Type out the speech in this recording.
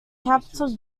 capital